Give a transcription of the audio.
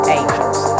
angels